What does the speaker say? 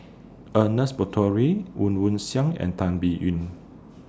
Ernest Monteiro Woon Wah Siang and Tan Biyun